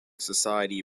society